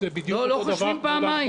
לא חושבים פעמיים.